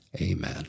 Amen